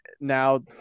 now